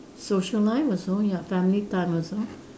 social life also ya family time also